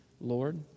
Lord